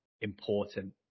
important